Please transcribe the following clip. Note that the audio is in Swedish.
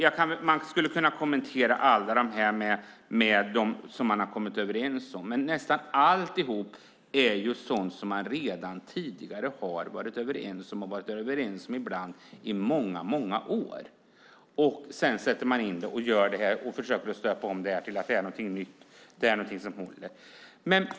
Jag skulle kunna kommentera allt det som man har kommit överens om, men nästan alltihop är ju sådant som man redan tidigare har varit överens om - ibland i många år. Sedan sätter man in det och försöker stöpa om det till att bli någonting nytt och någonting som håller.